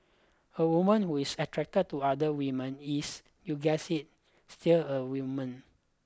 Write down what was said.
a woman who is attracted to other women is you guessed it still a woman